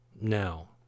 now